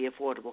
Affordable